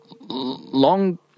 long